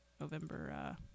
November